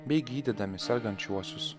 bei gydydami sergančiuosius